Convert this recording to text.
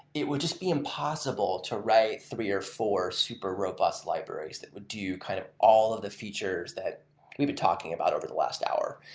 it would just be impossible to write three or four super robust libraries that would do kind of all of the features that we've been talking about over the last hour.